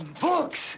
books